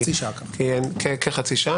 זה יהיה כחצי שעה,